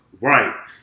Right